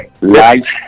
life